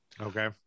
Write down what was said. okay